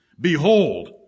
Behold